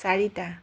চাৰিটা